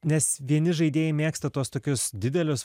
nes vieni žaidėjai mėgsta tuos tokius didelius